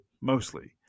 mostly